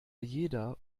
jeder